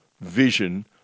vision